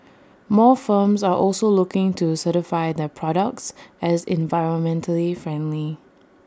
more firms are also looking to certify their products as environmentally friendly